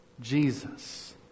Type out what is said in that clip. Jesus